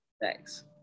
Thanks